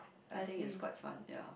I think is quite fun ya